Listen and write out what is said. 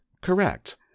Correct